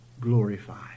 Glorify